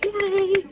Yay